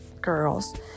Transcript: girls